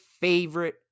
favorite